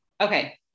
Okay